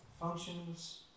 functions